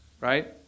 Right